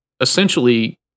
essentially